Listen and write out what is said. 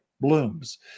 blooms